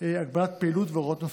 (הגבלת פעילות והוראות נוספות).